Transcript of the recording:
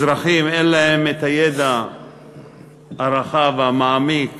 אזרחים, אין להם הידע הרחב והמעמיק